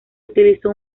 utilizó